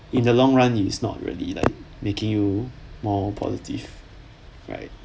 in the long run is not really like making you more positive right